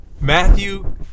Matthew